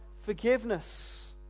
forgiveness